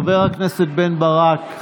חבר הכנסת בן ברק.